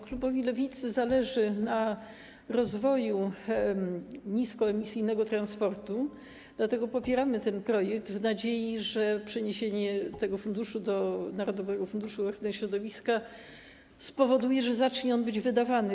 Klubowi Lewicy zależy na rozwoju niskoemisyjnego transportu, dlatego popieramy ten projekt w nadziei że przeniesienie tego funduszu do narodowego funduszu ochrony środowiska spowoduje, że zacznie on być wydawany.